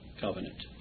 covenant